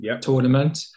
tournament